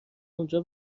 اونجا